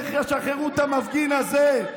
תשחררו את המפגין הזה?